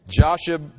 Joshua